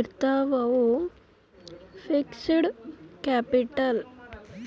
ಇರ್ತಾವ್ ಅವು fixed capital